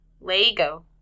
Lego